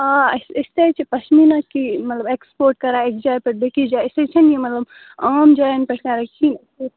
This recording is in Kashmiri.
آ أسۍ تہ حظ چھِ پشمیٖنہ کی مطلب ایٚکسپورٹ کران أکِس جایہ پیٚٹھ بیٚکِس جایہِ أسۍ حظ چھِ نہٕ یہ مطلب عام جاین پیٚٹھ کران کینٛہہ